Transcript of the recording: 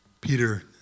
Peter